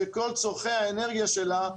שכל צורכי האנרגיה שלה,